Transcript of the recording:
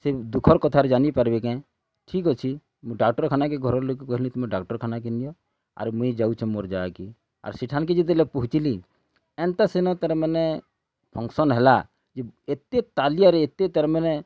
ସେ ଦୁଃଖର୍ କଥା ଆର୍ ଜାନିପାର୍ବେ କେଁ ଠିକ୍ ଅଛି ମୁଁ ଡ଼ାକ୍ଟର୍ ଖାନାକେ ଘରର୍ ଲୋକ୍ କହିଲେ ତୁମେ ଡ଼ାକ୍ଟର୍ଖାନାକେ ନିଅ ଆରୁ ମୁଇଁ ଯାଉଛେ ମୋର୍ ଯାଗାକି ଆର୍ ସେଠାନ୍ କେ ଯେତେବେଲେ ପହଞ୍ଚିଲି ଏନ୍ତା ସେନ ତା'ର୍ ମାନେ ଫଙ୍କସନ୍ ହେଲା ଯେ ଏତେ ତାଲି ଆର୍ ଏତେ ତା'ର୍ ମାନେ